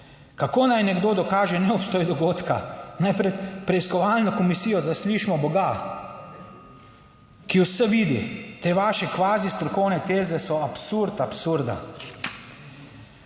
Kako naj nekdo dokaže neobstoj dogodka? Naj pred preiskovalno komisijo zaslišimo Boga, ki vse vidi. Te vaše kvazi strokovne teze so absurd absurda.